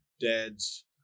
dad's